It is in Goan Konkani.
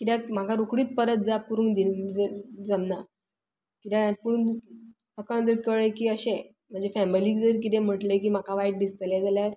किद्याक म्हाका रोकडीच परत जाप करूंक दिवं जल जमना किद्याक पुणून लोकांक जर कळ्ळें की अशें म्हणजे फॅमिलीक जर किदें म्हटलें की म्हाका वायट दिसतलें जाल्यार